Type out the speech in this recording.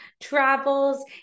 travels